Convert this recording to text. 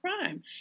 crime